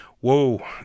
whoa